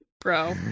Bro